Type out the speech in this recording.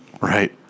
right